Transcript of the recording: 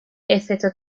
excepto